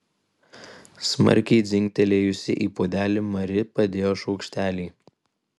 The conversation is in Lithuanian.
smarkiai dzingtelėjusi į puodelį mari padėjo šaukštelį